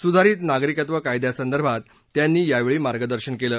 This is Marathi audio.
सुधारित नागरिकत्व कायद्यासंदर्भात त्यांनी यावेळी मार्गदर्शन केलं